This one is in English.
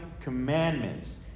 commandments